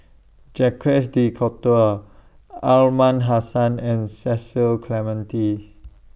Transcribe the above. Jacques De Coutre Are Aliman Hassan and Cecil Clementi